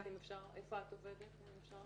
איפה את עובדת, אם אפשר לשאול?